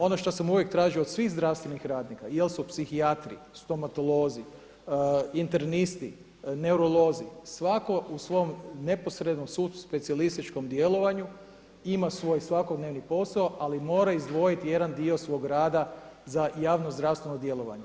Ono što sam uvijek tražio od svih zdravstvenih radnika jel' su psihijatri, stomatolozi, internisti, neurolozi svatko u svom neposrednom sub specijalističkom djelovanju ima svoj svakodnevni posao ali mora izdvojiti jedan dio svog rada za javno-zdravstveno djelovanje.